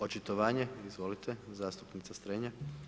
Očitovanje, izvolite zastupnica Strenja.